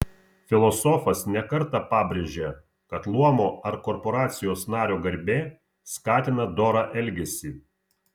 filosofas ne kartą pabrėžia kad luomo ar korporacijos nario garbė skatina dorą elgesį